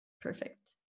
Perfect